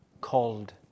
called